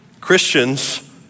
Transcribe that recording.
Christians